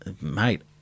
mate